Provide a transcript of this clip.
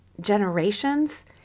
generations